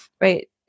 right